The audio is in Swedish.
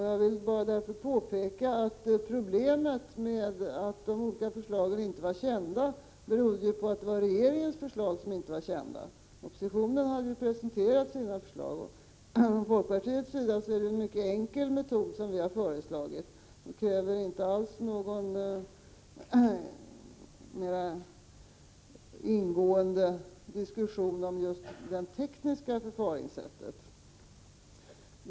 Jag vill därför bara påpeka att problemet var att regeringens förslag inte var kända; oppositionen hade ju presenterat sina förslag. Det är en mycket enkel metod som vi från folkpartiets sida har föreslagit — den kräver inte alls någon mer ingående diskussion om just det tekniska förfaringssättet.